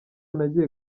nagiye